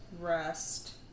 Rest